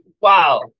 wow